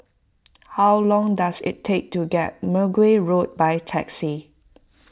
how long does it take to get Mergui Road by taxi